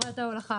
לחברת ההולכה,